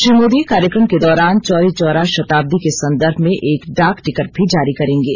श्री मोदी कार्यक्रम के दौरान चौरी चौरा शताब्दी के संदर्भ में एक डाक टिकट भी जारी करेंगे